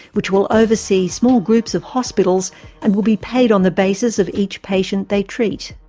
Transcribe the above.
which will oversee small groups of hospitals and will be paid on the basis of each patient they treat.